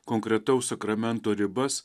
konkretaus sakramento ribas